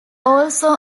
also